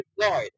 deployed